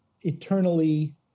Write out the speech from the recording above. eternally